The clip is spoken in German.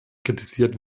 kritisiert